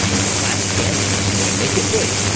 your last chance to make it big,